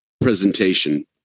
presentation